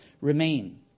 remain